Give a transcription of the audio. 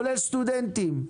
כולל סטודנטים,